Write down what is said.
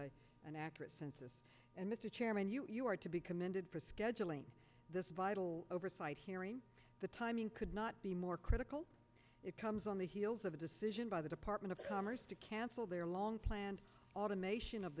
an accurate census and mr chairman you are to be commended for scheduling this vital oversight hearing the timing could not be more critical it comes on the heels of a decision by the department of commerce to cancel their long planned automation of